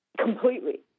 Completely